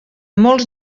molts